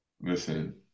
Listen